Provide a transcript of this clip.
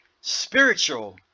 spiritual